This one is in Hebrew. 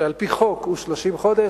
שעל-פי חוק הוא 30 חודש,